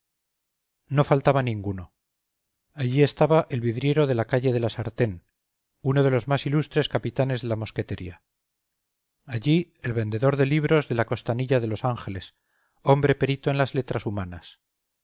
no faltaba ninguno allí estaba el vidriero de la calle de la sartén uno de los más ilustres capitanes de la mosquetería allí el vendedor de libros de la costanilla de los ángeles hombre perito en las letras humanas